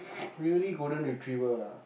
really golden retriever ah